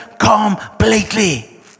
completely